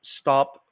stop